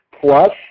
plus